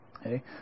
Okay